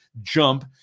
jump